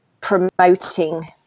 promoting